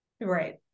Right